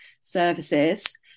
services